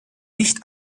nicht